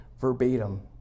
verbatim